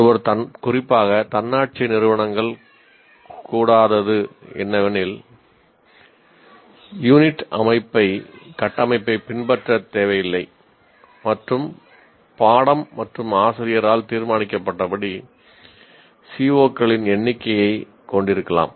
ஒருவர் குறிப்பாக தன்னாட்சி நிறுவனங்கள் கூடாதது என்னவெனில் யூனிட் கட்டமைப்பைப் பின்பற்றத் தேவையில்லை மற்றும் பாடம் மற்றும் ஆசிரியரால் தீர்மானிக்கப்பட்டபடி CO களின் எண்ணிக்கையைக் கொண்டிருக்கலாம்